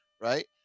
right